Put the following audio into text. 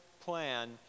plan